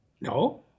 No